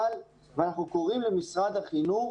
ואנחנו קוראים למשרד החינוך,